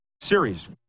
series